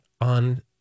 on